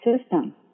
system